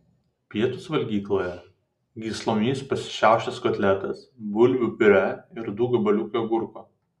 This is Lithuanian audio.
pietūs valgykloje gyslomis pasišiaušęs kotletas bulvių piurė ir du gabaliukai agurko